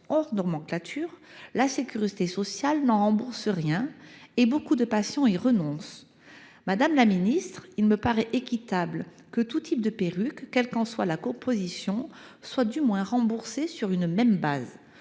hors nomenclature, la sécurité sociale n’en rembourse rien, et nombre de patients y renoncent. Madame la ministre, il me paraîtrait équitable que tout type de perruque, quelle qu’en soit la composition, soit remboursée sur une même base.